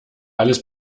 alles